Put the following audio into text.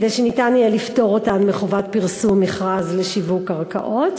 כדי שניתן יהיה לפטור אותן מחובת פרסום מכרז לשיווק קרקעות?